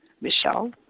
Michelle